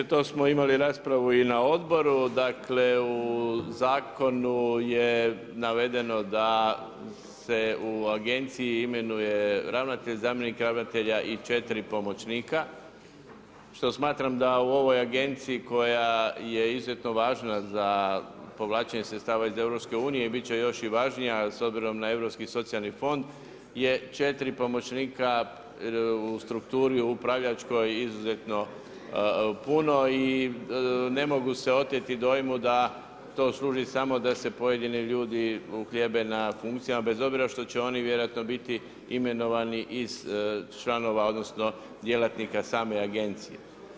To smo imali raspravu i na odboru, dakle u zakonu je navedeno da se u agenciji imenuje ravnatelj, zamjenik ravnatelja i četiri pomoćnika što smatram da u ovoj agenciji koja je izuzetno važna za povlačenje sredstava iz EU i bit će još i važnija s obzirom na Europski socijalni fond je četiri pomoćnika u strukturi upravljačkoj izuzetno puno i ne mogu se oteti dojmu da to služi samo da se pojedini uhljebe na funkcijama bez obzira što će oni vjerojatno biti imenovani iz članova odnosno djelatnika same agencije.